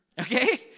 Okay